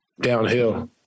downhill